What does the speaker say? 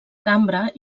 cambra